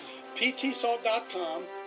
ptsalt.com